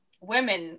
Women